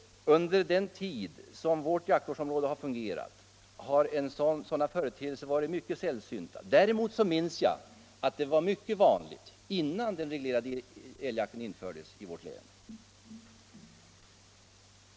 Under den tid vårt jaktvårdsområde har fungerat har sådana företeelser varit mycket sällsynta. Däremot minns jag att det var mycket vanligt innan den reglerade älgjakten infördes i vårt län.